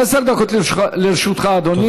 עשר דקות לרשותך, אדוני.